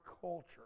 culture